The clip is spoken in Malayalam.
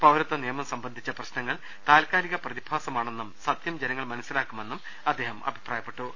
പൌരത്വ നിയമം സംബന്ധിച്ച പ്രശ് നങ്ങൾ താത് കാലിക പ്രതിഭാസമാണെന്നും സത്യം ജനങ്ങൾ മനസ്സി ലാക്കുമെന്നും അദ്ദേഹം പറഞ്ഞു